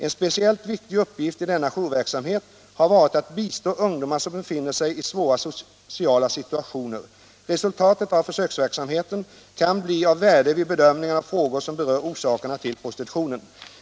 En speciellt viktig uppgift i denna jourverksamhet har varit att bistå ungdomar som befinner sig i svåra sociala situationer. Resultatet av försöksverksamheten kan bli av värde vid bedömningen av frågor som berör orsakerna till prostitutionen.